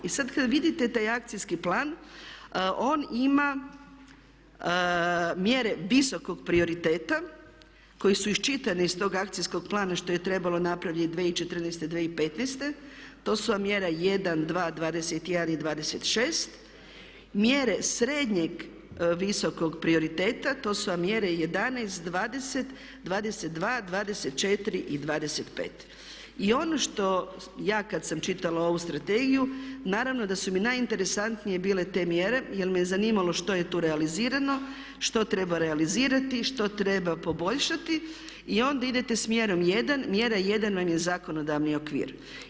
I sad kad vidite taj akcijski plan, on ima mjere visokog prioriteta koji su iščitani iz tog akcijskog plana što je trebalo napraviti 2014., 2015. to su mjere 1, 2, 21 i 26, mjere srednjeg visokog prioriteta, to su vam mjere 11, 20, 22, 24 i 25. i ono što ja kad sam čitala ovu strategiju naravno da su mi najinteresantnije bile te mjere jer me je zanimalo što je tu realizirano, što treba realizirati, što treba poboljšati i onda idete smjerom 1, mjera 1 nam je zakonodavni okvir.